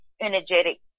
energetic